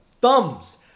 Thumbs